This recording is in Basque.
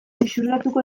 xuxurlatuko